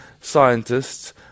scientists